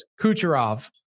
Kucherov